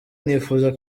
nifuza